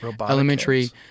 elementary